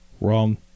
wrong